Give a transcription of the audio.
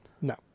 No